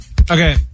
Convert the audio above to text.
Okay